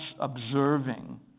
observing